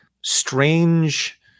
strange